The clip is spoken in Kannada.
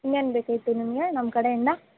ಇನ್ನೇನು ಬೇಕಾಗಿತ್ತು ನಿಮಗೆ ನಮ್ಮ ಕಡೆಯಿಂದ